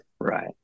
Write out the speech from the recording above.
Right